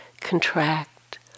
contract